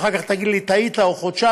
ואחר כך תגיד לי "טעית" או חודשיים.